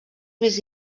més